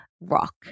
rock